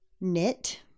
knit